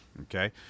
Okay